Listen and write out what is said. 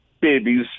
babies